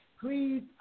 Please